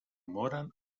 moren